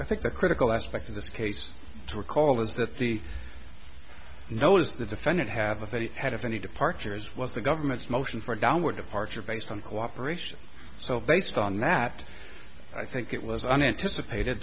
i think the critical aspect of this case to recall is that the no is the defendant have a head of any departures was the government's motion for downward departure based on cooperation so based on that i think it was unanticipated